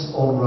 on